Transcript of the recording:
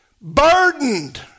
Burdened